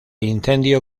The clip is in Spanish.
incendio